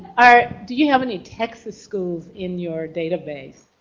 alright do you have any texas schools in your database?